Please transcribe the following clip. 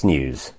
News